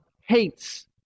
hates